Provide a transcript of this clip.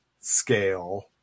scale